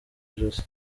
ijosi